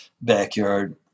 backyard